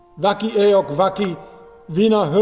vaki ae ok vaki vina